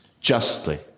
justly